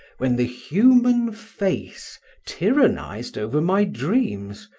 when the human face tyrannised over my dreams,